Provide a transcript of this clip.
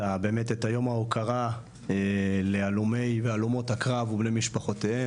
באמת את יום ההוקרה להלומי והלומות הקרב ובני משפחותיהם.